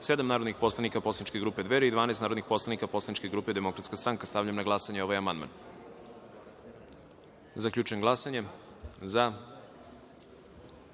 narodnih poslanik poslaničke grupe Dveri i 12 narodnih poslanika poslaničke grupe Demokratska stranka. Stavljam na glasanje ovaj amandman. Zaključujem glasanje i